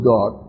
God